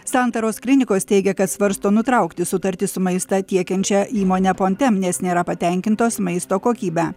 santaros klinikos teigia kad svarsto nutraukti sutartį su maistą tiekiančia įmone pontem nes nėra patenkintos maisto kokybe